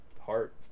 heart